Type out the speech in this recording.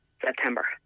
September